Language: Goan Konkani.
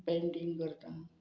पेंटींग करता